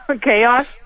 Chaos